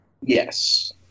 Yes